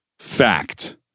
Fact